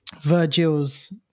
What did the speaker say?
Virgil's